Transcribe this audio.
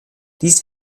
dies